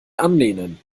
anlehnen